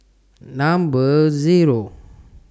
Number Zero